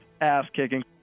ass-kicking